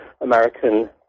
American